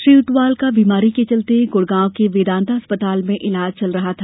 श्री ऊंटवाल का बीमारी के चलते गुणगांव के वेदांता अस्पताल में इलाज चल रहा था